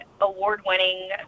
award-winning